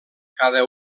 cada